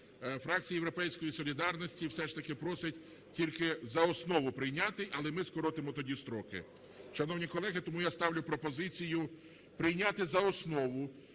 фракція "Європейської солідарності" все ж таки просить тільки за основу прийняти, але ми скоротимо тоді строки. Шановні колеги, тому я ставлю пропозицію прийняти за основу